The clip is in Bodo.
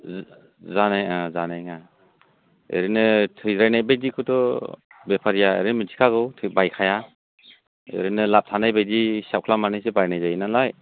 जानाय जानाय नङा ओरैनो थैज्रायनाय बायदिखौथ' बेफारिया ओरैनो मिथिखागौ बायखाया ओरैनो लाब थानायबायदि हिसाब खालामनानैसो बायनाय जायो नालाय